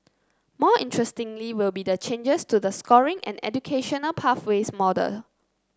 more interestingly will be the changes to the scoring and educational pathways model